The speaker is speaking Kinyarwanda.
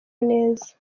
neza